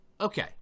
Okay